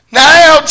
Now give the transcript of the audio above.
now